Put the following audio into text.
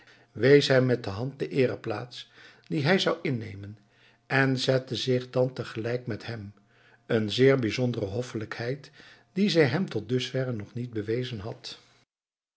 wees hem met de hand de eereplaats die hij zou innemen en zette zich dan tegelijk met hem een zeer bijzondere hoffelijkheid die zij hem tot dusver nog niet bewezen had